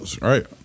right